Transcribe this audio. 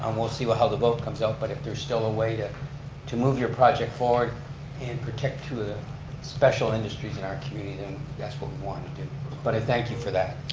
um we'll see how the vote comes out, but if there's still a way to to move your project forward and protect two of the special industries in our community, then that's what we want to do. but i thank you for that.